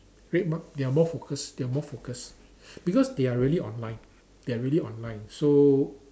RedMart they are more focused they are more focused because they are really online they are really online so